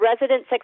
resident